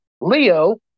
Leo